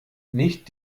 nicht